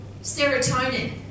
Serotonin